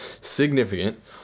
significant